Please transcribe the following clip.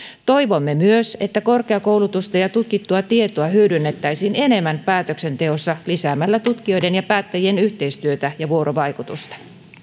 toivomme myös että korkeakoulutusta ja ja tutkittua tietoa hyödynnettäisiin enemmän päätöksenteossa lisäämällä tutkijoiden ja päättäjien yhteistyötä ja vuorovaikutusta